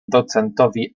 docentowi